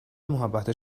محبت